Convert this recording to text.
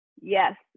Yes